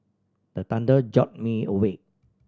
the thunder jolt me awake